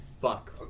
fuck